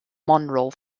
monroe